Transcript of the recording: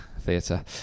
theatre